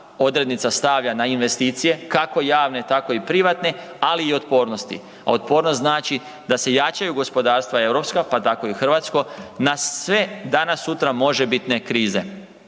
odrednica stavlja na investicije kako javne tako i privatne, ali i otpornosti, a otpornost znači da se jačaju gospodarstva europska pa tako i hrvatsko na sve danas sutra možebitne krize